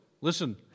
Listen